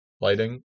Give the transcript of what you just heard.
lighting